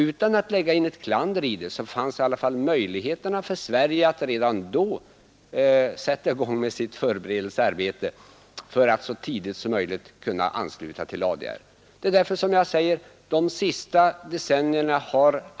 Utan att lägga in något klander i det vill jag säga att det fanns möjligheter för Sverige att redan då sätta i gång med sitt förberedelsearbete för att så tidigt som möjligt kunna ansluta sig till ADR.